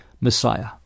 Messiah